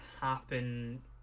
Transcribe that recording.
happen